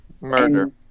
murder